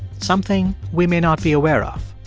something we may not be aware of,